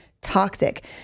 toxic